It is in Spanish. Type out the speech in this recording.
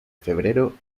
febrero